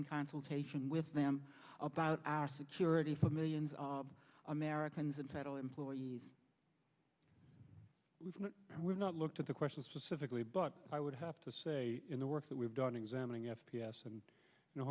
in consultation with them about our security for millions of americans and federal employees were not looked at the question specifically but i would have to say in the work that we've done examining s p s and